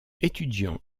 étudiant